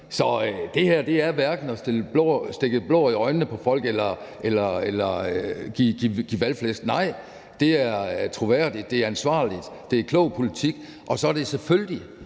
Så det her er hverken at stikke blår i øjnene på folk eller at give valgflæsk, nej, det er troværdigt, det er ansvarligt, det er klog politik, og så er det selvfølgelig